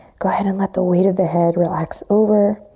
go ahead and let the weight of the head relax over.